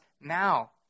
now